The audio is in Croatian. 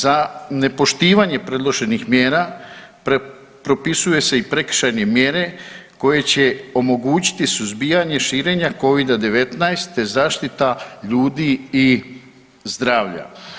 Za nepoštivanje predloženih mjera propisuju se i prekršajne mjere koje će omogućiti suzbijanje širenja Covida-19 te zaštita ljudi i zdravlja.